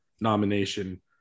nomination